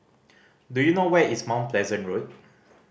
do you know where is Mount Pleasant Road